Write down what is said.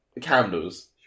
candles